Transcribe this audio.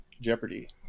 Jeopardy